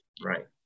Right